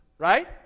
Right